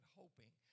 hoping